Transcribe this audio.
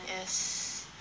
yes